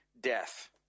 death